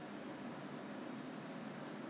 is is it those very furry furry hairy hairy type